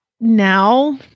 now